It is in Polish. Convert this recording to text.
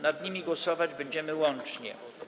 Nad nimi głosować będziemy łącznie.